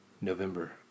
November